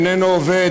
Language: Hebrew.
איננו עובד,